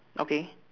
okay